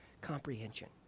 comprehension